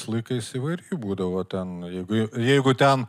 laikais įvairiai būdavo ten jeigu jeigu ten